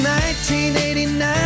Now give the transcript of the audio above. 1989